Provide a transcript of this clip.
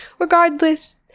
Regardless